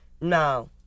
No